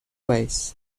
ways